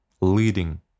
leading